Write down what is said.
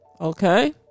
Okay